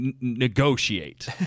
negotiate